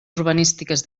urbanístiques